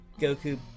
Goku